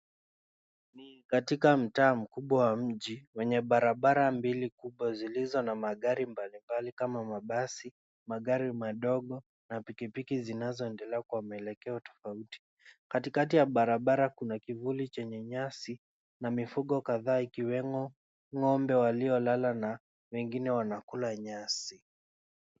Ni katika mtaa mkubwa wa mji, wenye barabara mbili kubwa zilizo na magari mbalimbali kama mabasi, magari madogo, na pikipiki zinazoendelea kwa maelekeo tofauti. Katikati ya barabara kuna kivuli chenye nyasi na mifugo kadhaa ikiwemo ng'ombe waliolala na wengine wanakula nyasi.